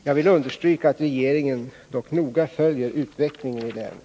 Jag vill understryka att regeringen noga följer utvecklingen i länet.